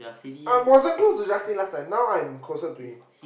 I'm wasn't close to Justin last time now I'm closer to him